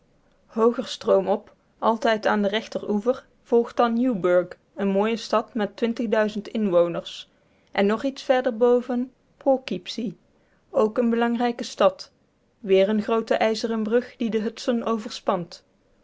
hooger stroomop altijd aan den rechteroever volgt dan newburg een mooie stad met inwoners en nog iets verder boven poughkeepsie ook een belangrijke stad weer een groote ijzeren brug die de hudson overspant